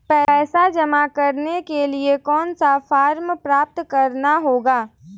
पैसा जमा करने के लिए कौन सा फॉर्म प्राप्त करना होगा?